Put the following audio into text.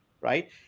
right